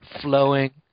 flowing